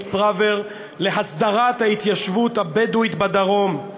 פראוור להסדרת ההתיישבות הבדואית בדרום,